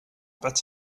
bet